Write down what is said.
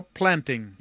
planting